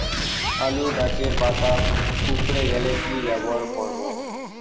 আলুর গাছের পাতা কুকরে গেলে কি ব্যবহার করব?